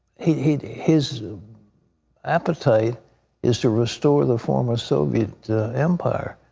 his his appetite is to restore the former soviet empire,